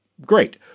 great